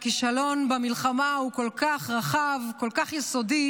כשהכישלון במלחמה הוא כל כך רחב, כל כך יסודי,